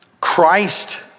Christ